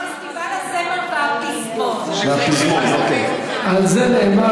פסטיבל הזמר והפזמון 1975. על זה נאמר,